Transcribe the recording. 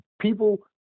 People